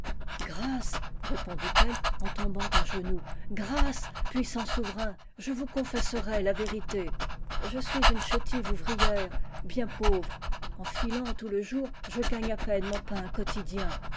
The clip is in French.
grâce répondit-elle en tombant à genoux grâce puissant souverain je vous confesserai la vérité je suis une cliétive ouvrière bien pauvre en filant tout le jour je gagne à peine mon pain quotidien